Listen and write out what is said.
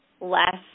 less